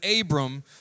Abram